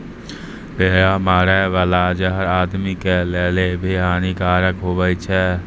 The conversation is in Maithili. कीड़ा मारै बाला जहर आदमी के लेली भी हानि कारक हुवै छै